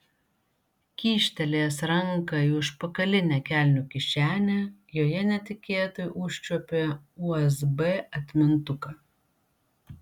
kyštelėjęs ranką į užpakalinę kelnių kišenę joje netikėtai užčiuopė usb atmintuką